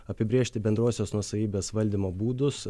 apibrėžti bendrosios nuosavybės valdymo būdus